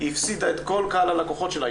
היא הפסידה את כל קהל הלקוחות שלה.